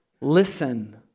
listen